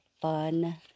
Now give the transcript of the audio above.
fun